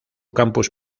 campus